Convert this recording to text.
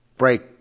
break